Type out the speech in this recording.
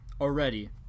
already